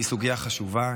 היא סוגיה חשובה,